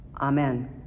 amen